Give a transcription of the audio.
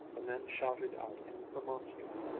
the men shouted out in remonstrance,